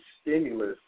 stimulus